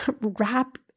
wrap